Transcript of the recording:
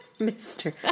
mr